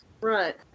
Right